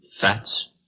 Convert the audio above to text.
Fats